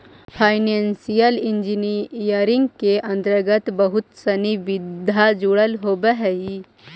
financial engineering के अंतर्गत बहुत सनि विधा जुडल होवऽ हई